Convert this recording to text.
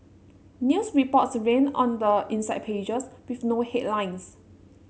news reports ran on the inside pages with no headlines